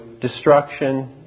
destruction